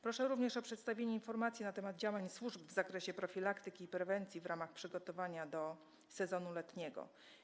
Proszę również o przedstawienie informacji na temat działań służb w zakresie profilaktyki i prewencji w ramach przygotowania do sezonu letniego.